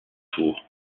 tour